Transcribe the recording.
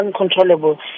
uncontrollable